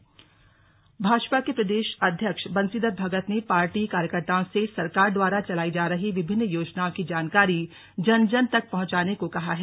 बंशीधर भगत चंपावत भाजपा के प्रदेश अध्यक्ष बंशीधर भगत ने पार्टी कार्यकर्ताओं से सरकार द्वारा चलाई जा रही विभिन्न योजनाओं की जानकारी जन जन तक पहुंचाने को कहा है